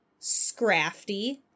Scrafty